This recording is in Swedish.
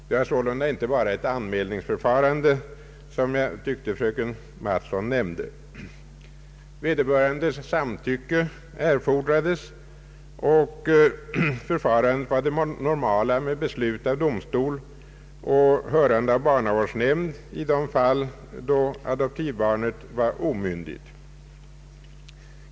Det var sålunda inte bara fråga om ett anmälningsförfarande som jag tyckte fröken Mattson nämnde. Vederbörandes samtycke erfordrades, och förfarandet var det normala med beslut av domstol och hörande av barnavårdsnämnd i de fall då adoptivbarnet var omyndigt.